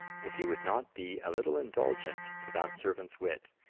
if he would not be a little indulgent to that servant's wit,